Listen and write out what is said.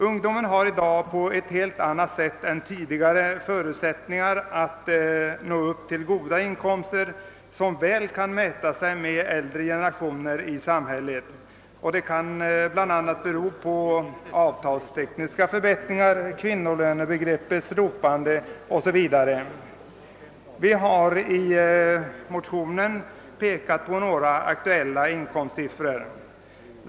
Ungdomen har i dag på ett helt annat sätt än tidigare förutsättningar att nå upp till goda inkomster som väl kan mäta sig med inkomsterna för äldre generationer i samhället. Detta kan bl.a. bero Vi har i motionerna pekat på några aktuella inkomstsiffror.